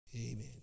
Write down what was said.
amen